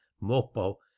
Mopo